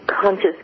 conscious